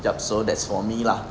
yup so that's for me lah